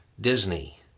Disney